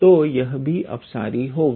तो यह भी अपसारी होगा